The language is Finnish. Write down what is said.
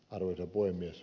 arvoisa puhemies